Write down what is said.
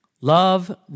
love